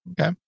okay